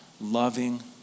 loving